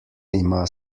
ima